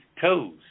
toes